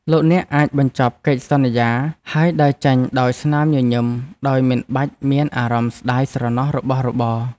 លោកអ្នកអាចបញ្ចប់កិច្ចសន្យាហើយដើរចេញដោយស្នាមញញឹមដោយមិនបាច់មានអារម្មណ៍ស្ដាយស្រណោះរបស់របរ។